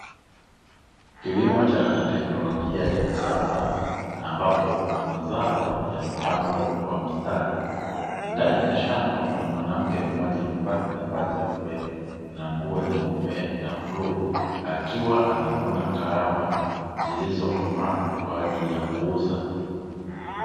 Kilimo cha teknolojia ya kisasa, ambapo mazao yamepandwa kwa mstari ndani ya shamba, kuna mwanamke mmoja amevaa kitambaa cheupe na nguo nyeupe na buluu, akiwa anavuna kahawa zilizokomaa kwa ajili ya kuuza.